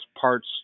parts